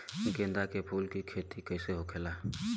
गेंदा के फूल की खेती कैसे होखेला?